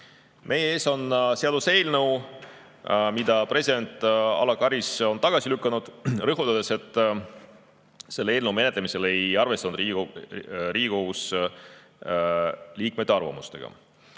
Meie ees on seaduseelnõu, mille president Alar Karis on tagasi lükanud, rõhutades, et selle eelnõu menetlemisel ei arvestatud Riigikogu liikmete arvamusega.